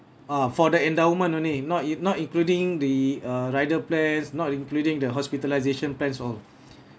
ah for the endowment only not in~ not including the uh rider plans not including the hospitalisation plans all